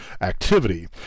activity